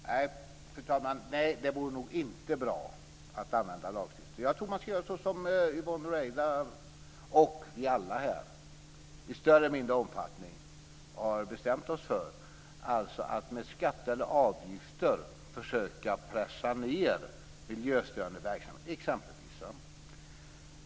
Fru talman! Nej, det vore nog inte bra att använda lagstiftning. Jag tror att man skall göra som Yvonne Ruwaida och vi alla här i större eller mindre omfattning har bestämt oss för, alltså att med skatter eller avgifter försöka att minska exempelvis miljöförstörande verksamhet.